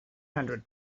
hundred